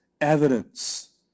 evidence